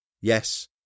Yes